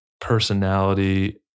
personality